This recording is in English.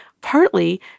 partly